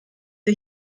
wir